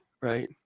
right